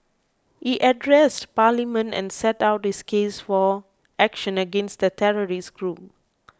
he addressed Parliament and set out his case for action against the terrorist group